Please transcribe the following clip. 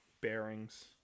bearings